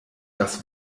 das